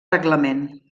reglament